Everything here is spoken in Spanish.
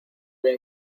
veo